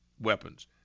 weapons